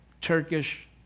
Turkish